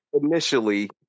Initially